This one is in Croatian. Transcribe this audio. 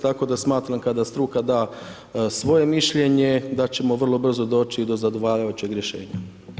Tako da smatram kada struka da svoje mišljenje da ćemo vrlo brzo doći i do zadovoljavajućeg rješenja.